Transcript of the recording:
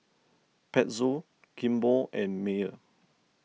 Pezzo Kimball and Mayer